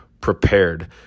prepared